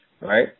right